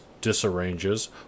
disarranges